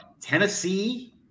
Tennessee